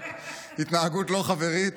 התנהגות לא חברית.